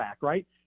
right